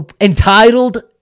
entitled –